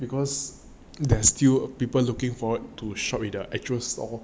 because there's still people looking forward to shop in their accuracy or